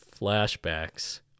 flashbacks